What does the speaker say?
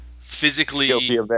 physically